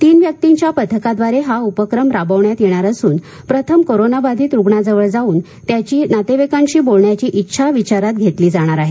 तीन व्यक्तीच्या पथकाद्वारे हा उपक्रम राबविण्यात येणार असून प्रथम कोरोनाबाधित रुग्णाजवळ जावून त्यांची नातेवाईकांशी बोलण्याची इच्छा विचारात घेतली जाणार आहे